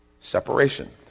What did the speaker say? Separation